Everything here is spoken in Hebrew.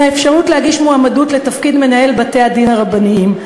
האפשרות להגיש מועמדות לתפקיד מנהל בתי-הדין הרבניים.